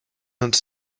uns